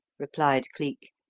replied cleek.